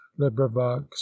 librivox